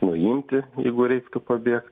nuimti jeigu reiktų pabėgt